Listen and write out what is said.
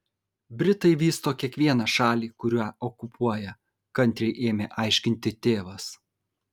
britai vysto kiekvieną šalį kurią okupuoja kantriai ėmė aiškinti tėvas